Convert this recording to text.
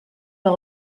par